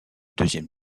deuxième